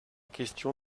question